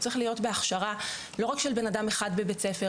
הוא צריך להיות בהכשרה לא רק של בן אחד בבית ספר,